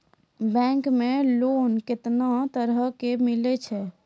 Bank मे loan कैतना तरह के मिलै छै?